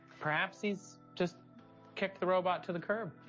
perhaps he's just kicked the robot to the curb.